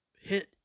hit